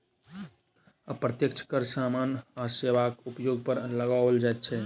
अप्रत्यक्ष कर सामान आ सेवाक उपयोग पर लगाओल जाइत छै